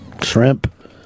Shrimp